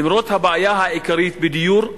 למרות הבעיה העיקרית של הדיור,